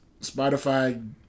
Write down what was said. Spotify